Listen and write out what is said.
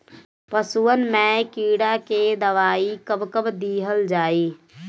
पशुअन मैं कीड़ा के दवाई कब कब दिहल जाई?